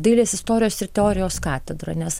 dailės istorijos ir teorijos katedrą nes